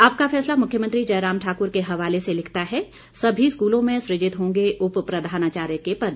आपका फैसला मुख्यमंत्री जयराम ठाक्र के हवाले से लिखता है सभी स्कूलों में सुजित होंगे उप प्रधानाचार्य के पद